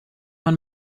man